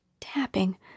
tapping